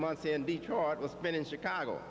months in detroit was been in chicago